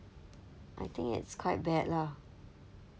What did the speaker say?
I think it's quite bad lah